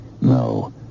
No